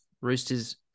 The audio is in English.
Roosters